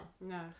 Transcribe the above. no